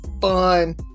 fun